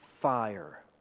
fire